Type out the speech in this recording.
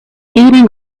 eating